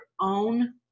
own